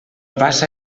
passa